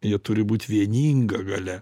jie turi būt vieninga galia